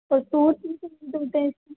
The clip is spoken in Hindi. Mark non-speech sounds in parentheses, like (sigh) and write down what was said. और (unintelligible)